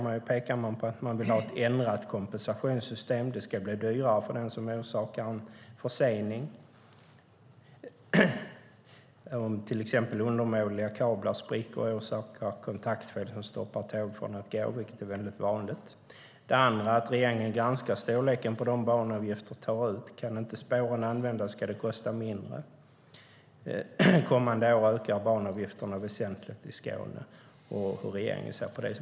Man pekar på att man vill ha ett ändrat kompensationssystem. Det ska bli dyrare för den som orsakar en försening, till exempel om undermåliga kablar spricker och orsakar kontaktfel som stoppar tåg från att gå, vilket är väldigt vanligt. Man vill också att regeringen granskar storleken på de banavgifter man tar ut. Kan inte spåren användas ska det kosta mindre. Kommande år ökar banavgifterna väsentligt i Skåne.